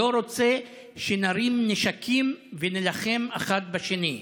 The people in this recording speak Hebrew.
לא רוצה שנרים נשקים ונילחם אחד בשני.